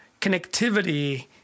connectivity